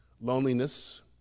Loneliness